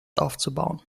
aufzubauen